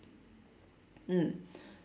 mm